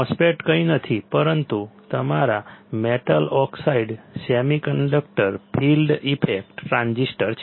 MOSFET કંઈ નથી પરંતુ તમારા metal oxide semiconductor field effect transistor છે